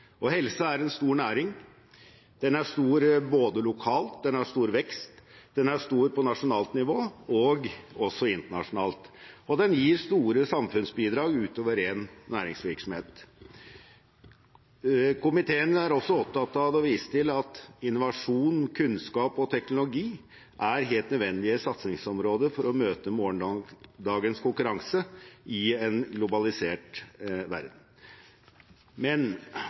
Helse er en stor næring. Den er stor lokalt, den har stor vekst, den er stor på nasjonalt nivå og også internasjonalt, og den gir store samfunnsbidrag utover ren næringsvirksomhet. Komiteen er også opptatt av å vise til at innovasjon, kunnskap og teknologi er helt nødvendige satsingsområder for å møte morgendagens konkurranse i en globalisert verden.